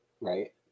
right